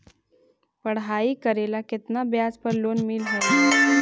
पढाई करेला केतना ब्याज पर लोन मिल हइ?